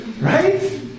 Right